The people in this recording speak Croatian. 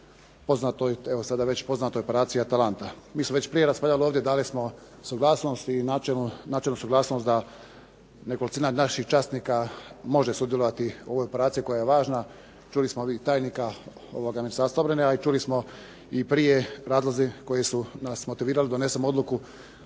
poznatoj Operaciji „Atalanta“. Mi smo već prije raspravljali ovdje i dali smo suglasnost, suglasnost da nekolicina naših časnika može sudjelovati u ovoj operaciji koja je važna, čuli smo od tajnika Ministarstva obrane, a čuli smo i prije razlozi koji su nas motivirali da donesemo odluku